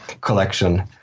collection